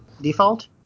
Default